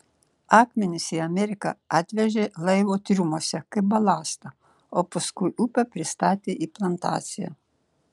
akmenis į ameriką atvežė laivo triumuose kaip balastą o paskui upe pristatė į plantaciją